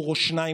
אדוני היושב-ראש.